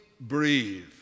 breathe